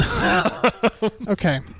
okay